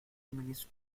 minutes